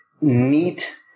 neat